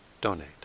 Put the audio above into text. donate